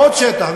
ועוד שטח,